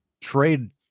trade